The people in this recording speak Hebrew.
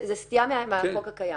זו סטייה מהחוק הקיים.